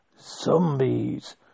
Zombies